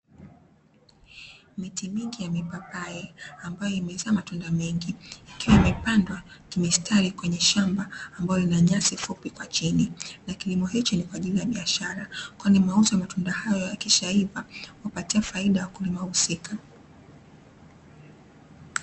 Miti mingi ya mipapai ambayo imezaa matunda mengi, ikiwa imepandwa kimistari kwenye shamba ambalo lina nyasi fupi kwa chini, na kilimo hichi ni kwa ajili ya biashara kwani mauzo ya matunda haya yakishaiva, humpatia faida mkulima husika.